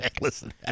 Listen